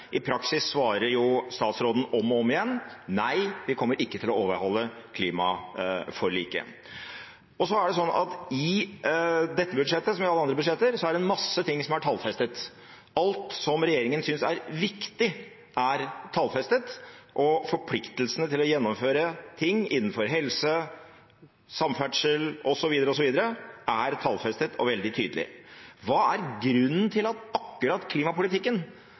I praksis svarer statsråden om og om igjen: Nei, vi kommer ikke til å overholde klimaforliket. Så er det sånn at i dette budsjettet, som i alle andre budsjetter, er det en masse ting som er tallfestet. Alt som regjeringen synes er viktig, er tallfestet, og forpliktelsene til å gjennomføre ting innenfor helse, samferdsel osv. er tallfestet og veldig tydelig. Hva er grunnen til at akkurat klimapolitikken